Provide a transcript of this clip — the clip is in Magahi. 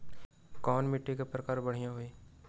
कोन मिट्टी के प्रकार बढ़िया हई?